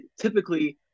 typically